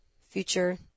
future